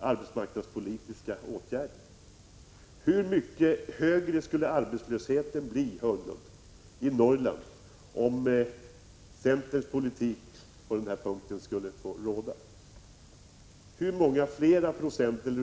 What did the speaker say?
arbetsmarknadspolitiska åtgärderna? Hur mycket högre skulle arbetslösheten bli i Norrland om centerns politik på denna punkt skulle få råda, Börje Hörnlund?